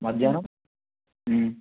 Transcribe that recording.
మధ్యాహ్నం